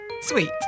sweet